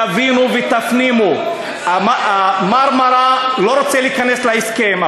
תבינו ותפנימו: ה"מרמרה" אני לא רוצה להיכנס להסכם,